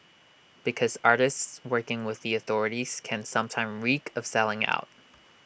because artists working with the authorities can sometimes reek of selling out